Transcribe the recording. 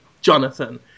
Jonathan